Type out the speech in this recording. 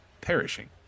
perishing